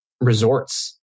resorts